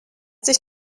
dich